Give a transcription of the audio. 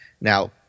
Now